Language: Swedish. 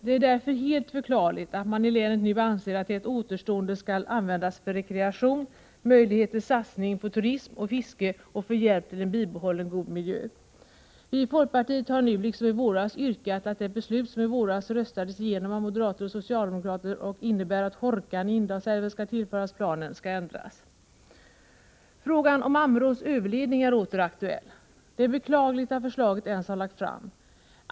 Det är därför helt förklarligt att man i länet nu anser att det återstående skall användas för rekreation, skall skapa möjlighet till satsningar på turism och fiske och utnyttjas för hjälp till en bibehållande av en god miljö. Vi i folkpartiet har nu, liksom i våras, yrkat att det beslut som i våras röstades igenom av moderater och socialdemokrater och innebär att Hårkan i Indalsälven tillförs planen skall ändras. Frågan om Ammeråns överledning är åter aktuell. Det är beklagligt att förslaget ens har lagts fram.